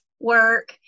work